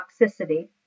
toxicity